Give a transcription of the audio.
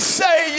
say